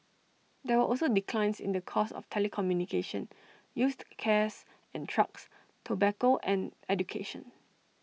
there were also declines in the cost of telecommunication used cares and trucks tobacco and education